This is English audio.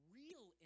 real